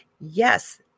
Yes